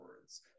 words